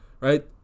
Right